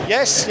Yes